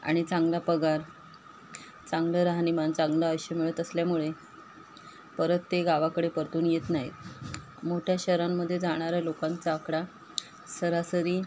आणि चांगला पगार चांगलं राहणीमान चांगलं आयुष्य मिळत असल्यामुळे परत ते गावाकडे परतून येत नाहीत मोठ्या शहरांमध्ये जाणारा लोकांचा आकडा सरासरी